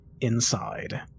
inside